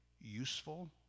useful